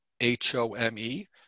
H-O-M-E